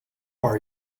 are